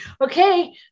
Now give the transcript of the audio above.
Okay